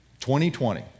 2020